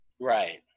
Right